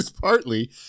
partly